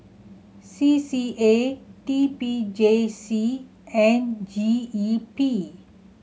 C C A T P J C and G E P